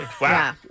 Wow